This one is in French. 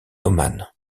oman